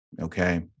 okay